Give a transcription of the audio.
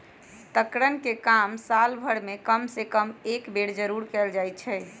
कतरन के काम साल भर में कम से कम एक बेर जरूर कयल जाई छै